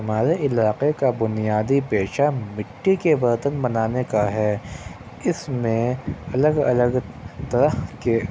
ہمارے علاقے کا بنیادی پیشہ مٹی کے برتن بنانے کا ہے اِس میں الگ الگ طرح کے